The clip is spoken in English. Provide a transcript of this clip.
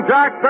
Jack